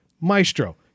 Maestro